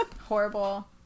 horrible